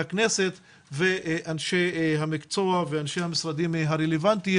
הכנסת ואנשי המקצוע ואנשי המשרדים הרלוונטיים.